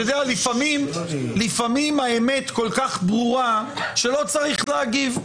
לפעמים האמת כל-כך ברורה ולא צריך להגיב.